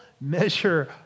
measure